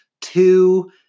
two